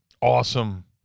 awesome